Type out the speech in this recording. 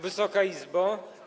Wysoka Izbo!